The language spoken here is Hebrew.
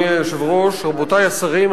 רבותי השרים,